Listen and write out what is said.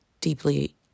deeply